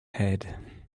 head